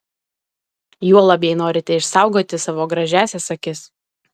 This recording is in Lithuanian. juolab jei norite išsaugoti savo gražiąsias akis